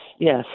yes